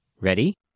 Ready